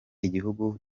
igihugu